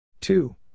two